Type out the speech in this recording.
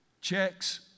Checks